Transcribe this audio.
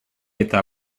eta